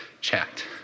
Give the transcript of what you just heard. checked